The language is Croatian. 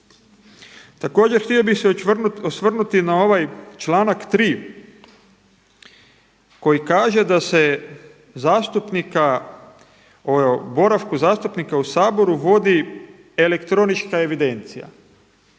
Također htio bih se osvrnuti na ovaj članak 3 koji kaže da se zastupnika, o boravku zastupnika u Saboru vodi elektronička evidencija.